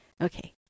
Okay